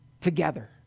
together